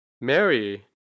Mary